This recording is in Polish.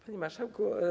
Panie Marszałku!